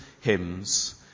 hymns